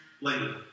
later